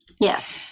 yes